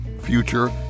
future